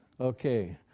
Okay